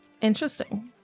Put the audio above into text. Interesting